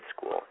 school